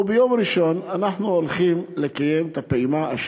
וביום ראשון אנחנו הולכים לקיים את הפעימה של